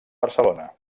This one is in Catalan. barcelona